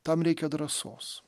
tam reikia drąsos